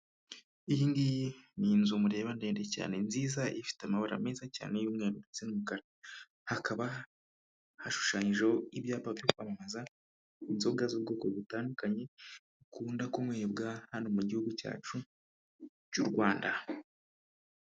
Iyi ngiyi ni inzu mureba ndende cyane nziza ifite amabara meza cyane y'umweru ndetse n'umukara hakaba hashushanyijeho ibyapa byo kwamamaza inzoga z'ubwoko butandukanye bukunda kunywebwa hano mu gihugu cyacu cy'u Rwanda.